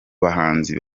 bahanzi